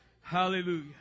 Hallelujah